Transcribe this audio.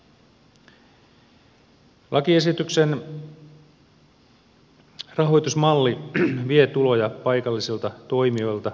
lakiesityksen rahoitusmalli vie tuloja paikallisilta toimijoilta